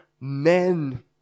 men